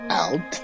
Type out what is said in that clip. out